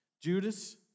Judas